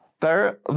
Third